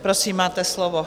Prosím, máte slovo.